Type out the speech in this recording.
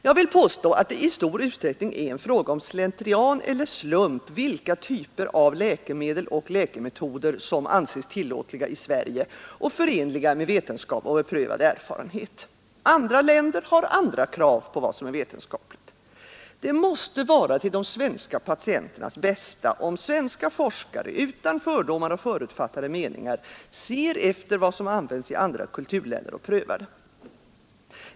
Jag vill påstå att det i stor utsträckning är en fråga om slentrian eller slump, vilka typer av läkemedel och läkemetoder som anses tillåtliga i Sverige och förenliga med vetenskap och beprövad erfarenhet. Andra länder har andra krav på vad som är vetenskapligt. Det måste vara till de svenska patienternas bästa, om svenska forskare utan fördomar och förutfattade meningar ser efter vad som används i andra kulturländer och prövar det.